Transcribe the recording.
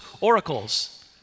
oracles